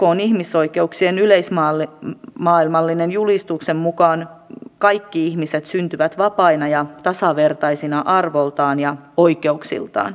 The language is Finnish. ykn ihmisoikeuksien yleismaailmallisen julistuksen mukaan kaikki ihmiset syntyvät vapaina ja tasavertaisina arvoltaan ja oikeuksiltaan